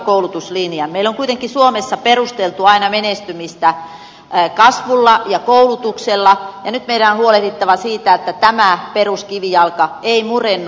meillä on kuitenkin suomessa perusteltu aina menestymistä kasvulla ja koulutuksella ja nyt meidän on huolehdittava siitä että tämä peruskivijalka ei murennu